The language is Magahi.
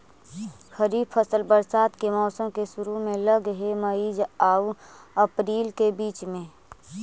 खरीफ फसल बरसात के मौसम के शुरु में लग हे, मई आऊ अपरील के बीच में